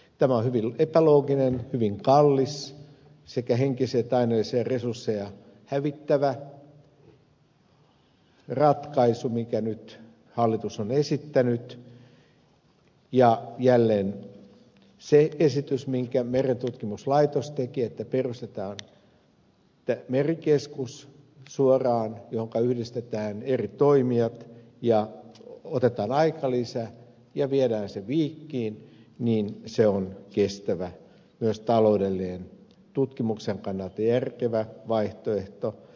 tämä on hyvin epälooginen hyvin kallis sekä henkisiä että aineellisia resursseja hävittävä ratkaisu minkä nyt hallitus on esittänyt ja jälleen se esitys minkä merentutkimuslaitos teki että perustetaan suoraan merikeskus johonka yhdistetään eri toimijat ja otetaan aikalisä ja viedään se viikkiin on kestävä myös taloudellinen tutkimuksen kannalta järkevä vaihtoehto